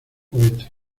cohete